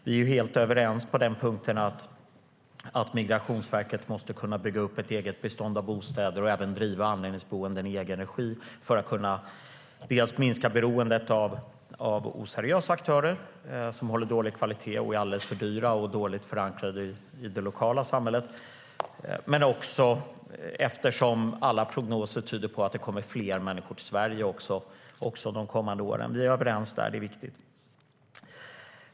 Vi är helt överens om att Migrationsverket måste kunna bygga upp ett eget bestånd av bostäder och även driva anläggningsboenden i egen regi för att kunna minska beroendet av oseriösa aktörer som håller dålig kvalitet, är för dyra och dessutom är dåligt förankrade i det lokala samhället, eftersom alla prognoser tyder på att det kommer fler människor till Sverige också de kommande åren. Vi är överens där.